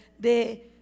de